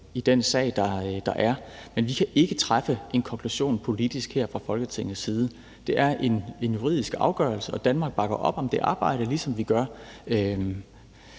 i den sag, der er. Men vi kan ikke træffe en konklusion politisk her fra Folketingets side. For det er en juridisk afgørelse, og Danmark bakker op om det arbejde, ligesom vi gør